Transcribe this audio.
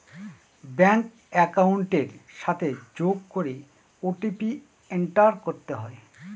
bank একাউন্টের সাথে যোগ করে ও.টি.পি এন্টার করতে হয়